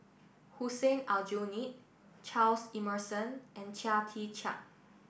Hussein Aljunied Charles Emmerson and Chia Tee Chiak